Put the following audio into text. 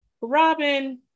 Robin